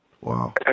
Wow